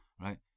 Right